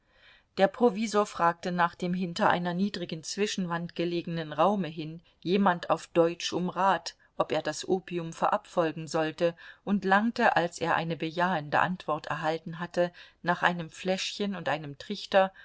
der provisor fragte nach dem hinter einer niedrigen zwischenwand gelegenen raume hin jemand auf deutsch um rat ob er das opium verabfolgen solle und langte als er eine bejahende antwort erhalten hatte nach einem fläschchen und einem trichter